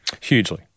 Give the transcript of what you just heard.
hugely